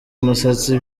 umusatsi